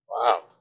Wow